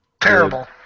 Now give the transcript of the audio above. Terrible